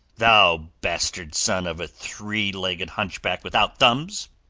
thou bastard son of a three-legged hunchback without thumbs!